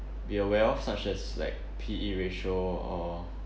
be aware of such as like P_E ratio or